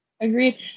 Agreed